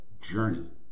journey